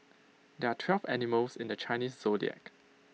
there are twelve animals in the Chinese Zodiac